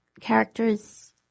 characters